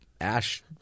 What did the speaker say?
ash